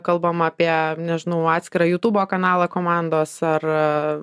kalbam apie nežinau atskirą jutubo kanalą komandos ar